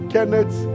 Kenneth